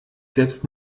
selbst